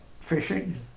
fishing